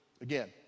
again